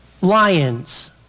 lions